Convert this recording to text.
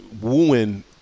wooing